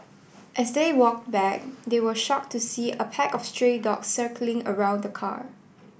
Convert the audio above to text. as they walked back they were shocked to see a pack of stray dogs circling around the car